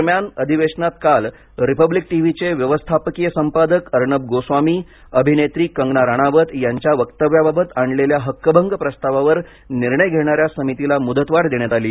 दरम्यान अधिवेशनात काल रिपब्लिक टीव्हीचे व्यवस्थापकीय संपादक अर्णब गोस्वामी अभिनेत्री कंगना राणावत यांच्या वक्तव्याबाबत आणलेल्या हक्कभंग प्रस्तावावर निर्णय घेणाऱ्या समितीला मुदतवाढ देण्यात आली